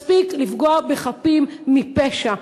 מספיק לפגוע בחפים מפשע.